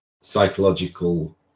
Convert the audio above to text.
psychological